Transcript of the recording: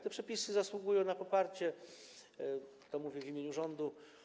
Te przepisy zasługują na poparcie, to mówię w imieniu rządu.